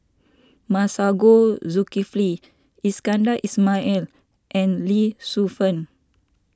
Masagos Zulkifli Iskandar Ismail and Lee Shu Fen